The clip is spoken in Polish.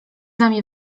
nami